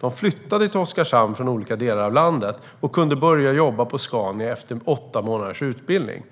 De flyttade till Oskarshamn från olika delar av landet och kunde börja jobba på Scania efter åtta månaders utbildning.